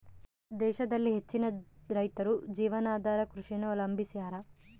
ದೇಶದಲ್ಲಿ ಹೆಚ್ಚಿನ ರೈತರು ಜೀವನಾಧಾರ ಕೃಷಿಯನ್ನು ಅವಲಂಬಿಸ್ಯಾರ